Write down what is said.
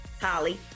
holly